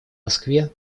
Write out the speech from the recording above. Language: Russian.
москве